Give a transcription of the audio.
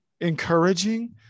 encouraging